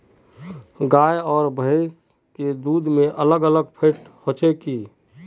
गाय आर भैंस के दूध में अलग अलग फेट होचे की?